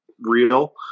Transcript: real